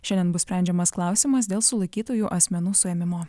šiandien bus sprendžiamas klausimas dėl sulaikytųjų asmenų suėmimo